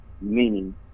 Meaning